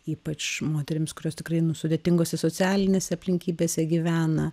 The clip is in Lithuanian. ypač moterims kurios tikrai nu sudėtingose socialinėse aplinkybėse gyvena